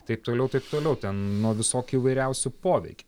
taip toliau taip toliau nuo visokių įvairiausių poveikių